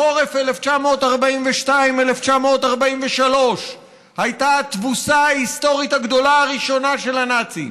בחורף 1943-1942 הייתה התבוסה ההיסטורית הגדולה הראשונה של הנאצים.